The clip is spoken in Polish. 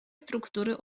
struktury